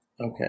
Okay